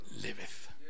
liveth